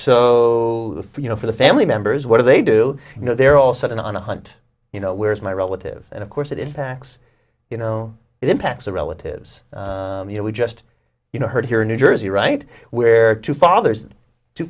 so you know for the family members what do they do you know they're also in on a hunt you know where is my relative and of course it impacts you know it impacts the relatives you know we just you know heard here in new jersey right where two fathers two